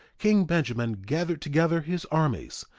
king benjamin gathered together his armies,